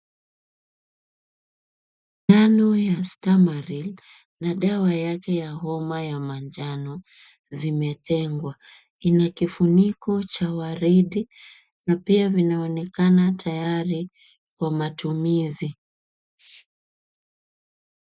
Sindano ya Stamaril na dawa yake ya homa ya manjano zimetengwa. Ina kifuniko cha waridi na pia vinaonekana tayari kwa matumizi.